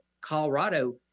Colorado